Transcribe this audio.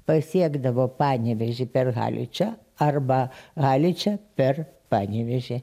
pasiekdavo panevėžį per haličą arba haličią per panevėžį